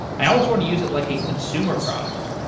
i almost want to use it like a consumer product.